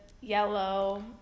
yellow